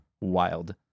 wild